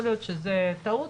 יכול להיות שזאת טעות,